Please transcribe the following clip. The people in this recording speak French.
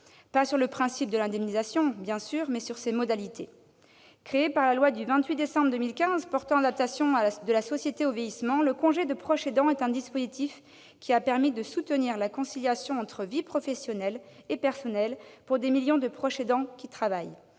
pas sur le principe de l'indemnisation, bien sûr, mais sur ses modalités. Créé par la loi du 28 décembre 2015 relative à l'adaptation de la société au vieillissement, le dispositif du congé de proche aidant a permis de soutenir la conciliation entre vie professionnelle et vie personnelle pour des millions de proches aidants qui travaillent.